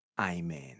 Amen